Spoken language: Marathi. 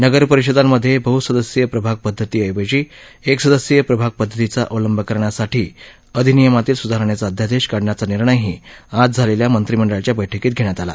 नगरपरिषदांमध्ये बहसदस्यीय प्रभाग पदधतीऐवजी एकसदस्यीय प्रभाग पदधतीचा अवलंब करण्यासाठी अधिनियमातील सुधारणेचा अध्यादेश काढण्याचा निर्णयही आज झालेल्या मंत्रिमंडळाच्या बैठकीत घेण्यात आला